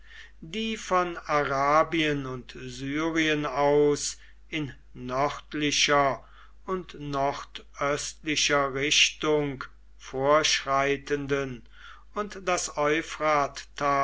die von arabien und syrien aus in nördlicher und nordöstlicher richtung vorschreitenden und das